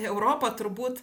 europa turbūt